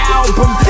album